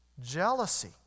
jealousy